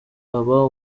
aba